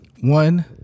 One